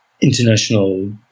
international